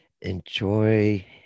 enjoy